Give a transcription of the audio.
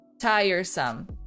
tiresome